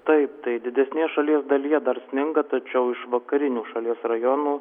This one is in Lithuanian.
taip tai didesnėj šalies dalyje dar sninga tačiau iš vakarinių šalies rajonų